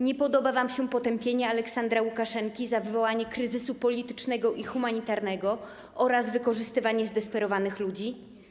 Nie podoba wam się potępianie Aleksandra Łukaszenki za wywołanie kryzysu politycznego i humanitarnego oraz wykorzystywanie zdesperowanych ludzi?